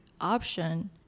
option